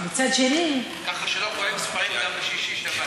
מצד שני, ככה שלא קוראים ספרים גם בשישי-שבת.